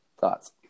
thoughts